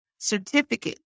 certificate